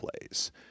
plays